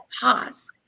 pause